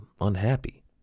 unhappy